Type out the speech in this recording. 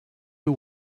you